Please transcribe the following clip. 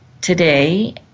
today